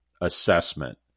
assessment